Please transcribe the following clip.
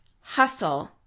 hustle